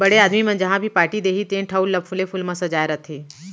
बड़े आदमी मन जहॉं भी पारटी देहीं तेन ठउर ल फूले फूल म सजाय रथें